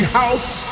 house